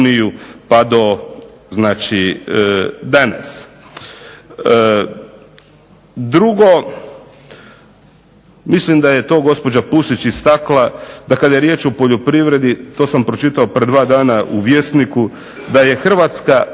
znači, danas. Drugo, mislim da je to gospođa Pusić istakla, da kada je riječ o poljoprivredi to sam pročitao danas u Vjesniku da je Hrvatska